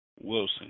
Wilson